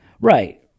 Right